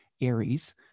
Aries